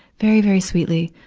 very, very sweetly,